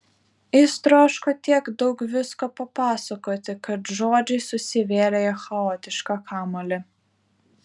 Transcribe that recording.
jis troško tiek daug visko papasakoti kad žodžiai susivėlė į chaotišką kamuolį